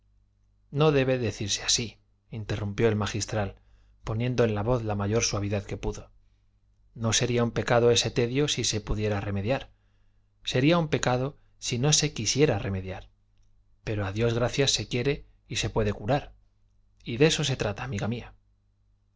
no debe decirse así interrumpió el magistral poniendo en la voz la mayor suavidad que pudo no sería un pecado ese tedio si se pudiera remediar sería un pecado si no se quisiera remediar pero a dios gracias se quiere y se puede curar y de eso se trata amiga mía